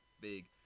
big